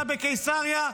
בקיסריה,